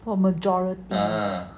for majority err